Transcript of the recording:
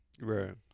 Right